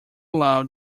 loud